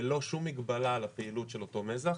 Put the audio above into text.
ללא שום מגבלה על הפעילות של אותו מזח